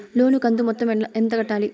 లోను కంతు మొత్తం ఎంత కట్టాలి?